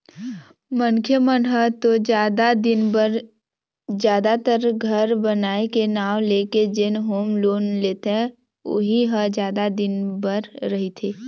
मनखे मन ह तो जादा दिन बर जादातर घर बनाए के नांव लेके जेन होम लोन लेथे उही ह जादा दिन बर रहिथे